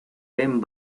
ven